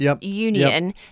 union